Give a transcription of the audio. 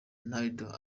ronaldo